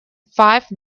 five